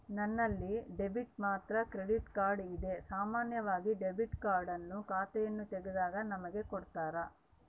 ನನ್ನಲ್ಲಿ ಡೆಬಿಟ್ ಮತ್ತೆ credit card ಇದೆ, ಸಾಮಾನ್ಯವಾಗಿ ಡೆಬಿಟ್ ಕಾರ್ಡ್ ಅನ್ನು ಖಾತೆಯನ್ನು ತೆಗೆದಾಗ ನಮಗೆ ಕೊಡುತ್ತಾರ